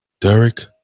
Derek